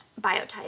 biotype